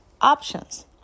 options